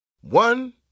One